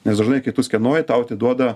nes dažnai kai tu skenuoji tau atiduoda